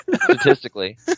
statistically